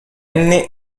annie